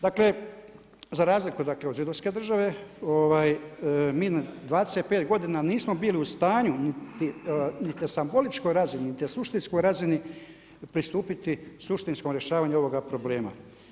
Dakle, za razliku od židovske države, mi 25 godina nismo bili u stanju, niti na simboličkoj razini niti na suštinskoj razini pristupiti suštinskom rješavanju ovoga problema.